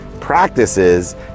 practices